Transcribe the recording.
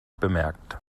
bemerkt